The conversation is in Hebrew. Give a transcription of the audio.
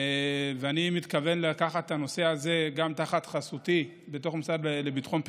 ואני מתכוון לקחת את הנושא הזה גם תחת חסותי במשרד לביטחון הפנים,